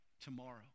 tomorrow